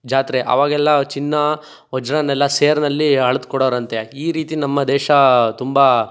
ಜಾತ್ರೆ ಅವಾಗೆಲ್ಲ ಚಿನ್ನ ವಜ್ರನೆಲ್ಲ ಸೇರಿನಲ್ಲಿ ಅಳ್ದು ಕೊಡೋರಂತೆ ಈ ರೀತಿ ನಮ್ಮ ದೇಶ ತುಂಬ